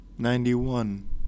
Ninety-one